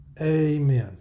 Amen